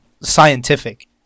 scientific